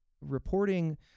reporting